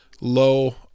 low